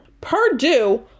Purdue